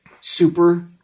super